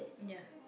ya